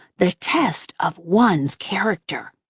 the test of one's character.